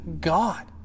God